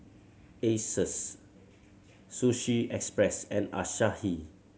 Asus Sushi Express and Asahi